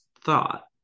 thought